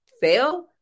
fail